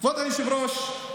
כבוד היושב-ראש,